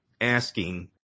asking